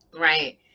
right